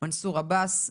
מנסור עבאס,